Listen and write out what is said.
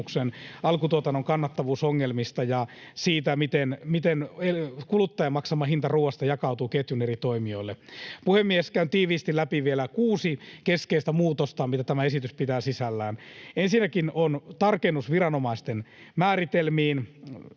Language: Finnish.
alkutuotannon kannattavuusongelmista ja siitä, miten kuluttajan maksama hinta ruuasta jakautuu ketjun eri toimijoille. Puhemies! Käyn tiiviisti läpi vielä kuusi keskeistä muutosta, mitä tämä esitys pitää sisällään. Ensinnäkin on tarkennus viranomaisten määritelmiin.